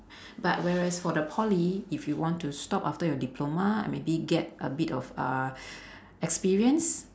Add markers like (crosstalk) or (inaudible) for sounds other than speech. (breath) but whereas for the poly if you want to stop after your diploma and maybe get a bit of uh experience